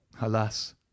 alas